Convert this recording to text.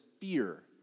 fear